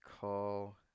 call